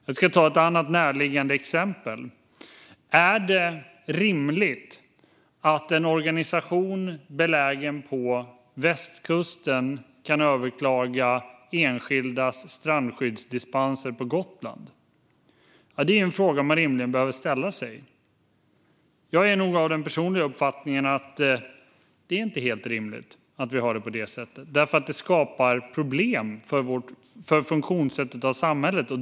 Jag ska ta ett annat närliggande exempel. Är det rimligt att en organisation belägen på västkusten kan överklaga enskildas strandskyddsdispenser på Gotland? Det är en fråga man rimligen behöver ställa sig. Jag är av den personliga uppfattningen att det inte är helt rimligt att det är så eftersom det skapar problem för funktionssättet i samhället.